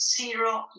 Zero